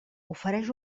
ofereix